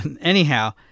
Anyhow